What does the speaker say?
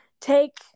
take